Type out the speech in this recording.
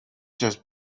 just